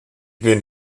bin